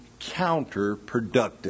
counterproductive